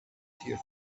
here